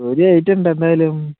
പുതിയ ഐറ്റം ഉണ്ട് എന്തായാലും